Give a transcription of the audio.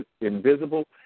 invisible